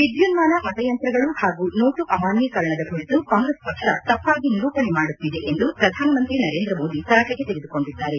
ವಿದ್ಯುನ್ಮಾನ ಮತಯಂತ್ರಗಳು ಹಾಗೂ ನೋಟು ಅಮಾನ್ಯೀಕರಣದ ಕುರಿತು ಕಾಂಗ್ರೆಸ್ ಪಕ್ಷ ತಪ್ಪಾಗಿ ನಿರೂಪಣೆ ಮಾಡುತ್ತಿದೆ ಎಂದು ಪ್ರಧಾನಮಂತ್ರಿ ನರೇಂದ್ರ ಮೋದಿ ತರಾಟೆಗೆ ತೆಗೆದುಕೊಂಡಿದ್ದಾರೆ